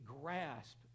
grasp